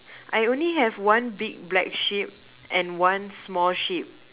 I only have one big black sheep and one small sheep